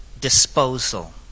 disposal